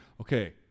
okay